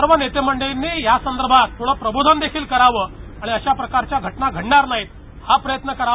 सर्व नेते मंडळींनी यासदर्भात प्रबोधन देखील कराव आणि अशा प्रकारच्या घटना घडणार नाहीत हा प्रयत्न करावा